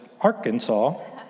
Arkansas